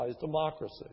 democracy